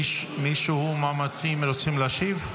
מישהו מהמציעים רוצה להשיב?